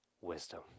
Wisdom